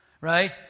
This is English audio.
right